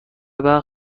برق